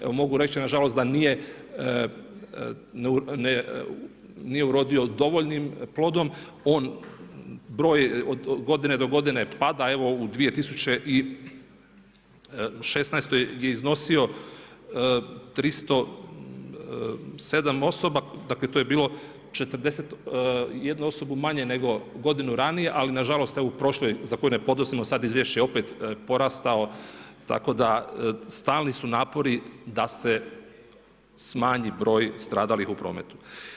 Evo mogu reći nažalost da nije urodio dovoljnim plodom, on, broj od godine do godine pada, evo u 2016. je iznosio 307 osoba, dakle, to je bilo 41 osoba manje nego godinu ranije, ali nažalost evo u prošloj za koju ne podnosimo sad izvješće je opet porastao, tako da stalni su napori da se smanji broj stradalih u prometu.